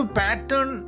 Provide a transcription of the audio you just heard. pattern